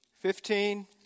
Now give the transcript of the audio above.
fifteen